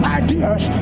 ideas